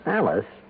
alice